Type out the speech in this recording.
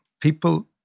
people